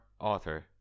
author